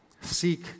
seek